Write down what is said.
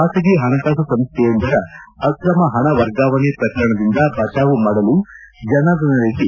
ಬಾಸಗಿ ಹಣಕಾಸು ಸಂಸ್ಥೆಯೊಂದರ ಅಕ್ರಮ ಹಣ ವರ್ಗಾವಣೆ ಪ್ರಕರಣದಿಂದ ಬಚಾವು ಮಾಡಲು ಜನಾರ್ದನ ರೆಡ್ಡಿ